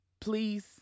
Please